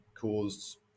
caused